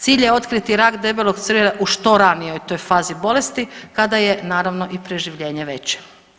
Cilj je otkriti rak debelog crijeva u što ranijoj toj fazi bolesti kada je naravno i preživljenje veće.